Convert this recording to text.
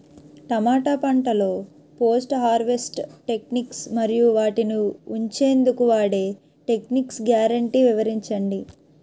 టమాటా పంటలో post harvest techniques మరియు వాటిని ఉంచెందుకు వాడే టెక్నిక్స్ గ్యారంటీ వివరించండి?